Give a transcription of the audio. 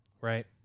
right